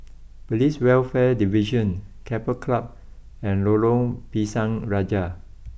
police Welfare Division Keppel Club and Lorong Pisang Raja